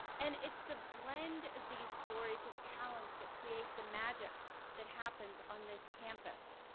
and it's the blend of these stories and talents that create the magic that happens on this campus.